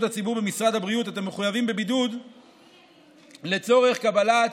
הציבור במשרד הבריאות את המחויבים בבידוד לצורך קבלת